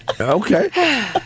okay